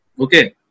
okay